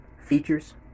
features